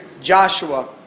Joshua